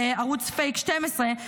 בערוץ פייק 12,